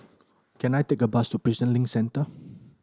can I take a bus to Prison Link Centre